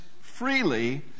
freely